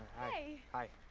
hi. hi.